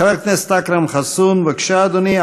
חבר הכנסת אכרם חסון, בבקשה, אדוני.